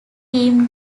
team